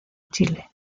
chile